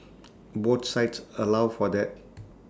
both sites allow for that